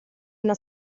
una